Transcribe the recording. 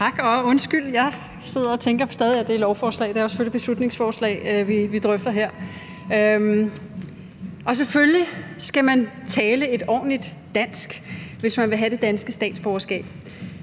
Tak, og undskyld. Jeg sad og tænkte, at det stadig var lovforslaget, men det er selvfølgelig beslutningsforslaget, vi drøfter nu. Selvfølgelig skal man tale et ordentligt dansk, hvis man vil have det danske statsborgerskab,